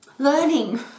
Learning